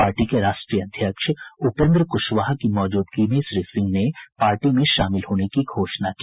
party के राष्ट्रीय अध्यक्ष उपेंद्र कुशवाहा की मौजूदगी में श्री सिंह ने पार्टी में शामिल होने की घोषणा की